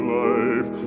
life